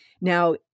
Now